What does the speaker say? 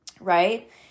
right